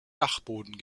dachboden